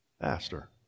faster